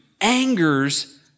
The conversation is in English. angers